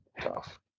tough